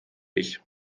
ich